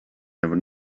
never